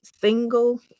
single